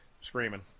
screaming